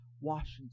Washington